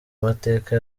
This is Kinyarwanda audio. mateka